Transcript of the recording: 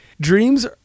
dreams